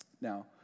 Now